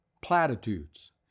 platitudes